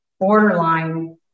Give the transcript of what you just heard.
borderline